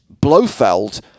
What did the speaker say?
Blofeld